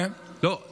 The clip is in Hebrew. ועדת חוץ וביטחון,